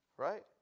Right